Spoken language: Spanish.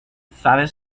sabes